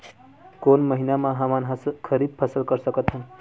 कोन महिना म हमन ह खरीफ फसल कर सकत हन?